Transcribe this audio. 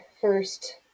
first